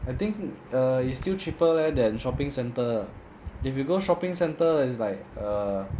I think err it's still cheaper leh than shopping centre if you go shopping centre it's like err